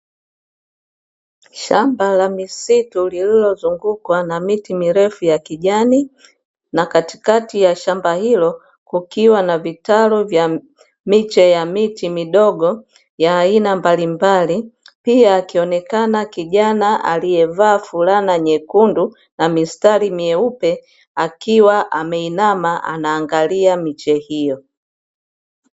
Shamba la misitu lililozungukwa na miti mirefu ya kijani na katikati ya shamba hilo kukiwa na vitalu vya miche ya miti midogo ya aina mbali mbali, pia akionekana kijana alieyevaa fulana nyekundu na mistari meupe akiwa ameinama anaangalia miche hiyo.